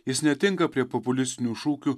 jis netinka prie populistinių šūkių